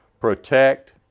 protect